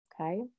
okay